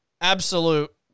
absolute